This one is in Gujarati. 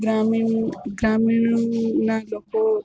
ગ્રામીણ ગ્રામીણના લોકો